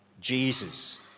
Jesus